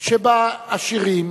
שבה עשירים